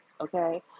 okay